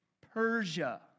Persia